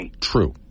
True